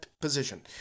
position